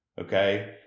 Okay